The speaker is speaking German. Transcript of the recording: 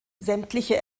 sämtliche